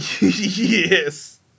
Yes